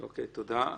תודה.